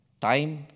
Time